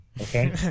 okay